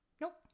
Nope